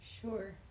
Sure